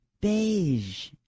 Beige